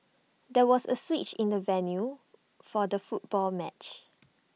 there was A switch in the venue for the football match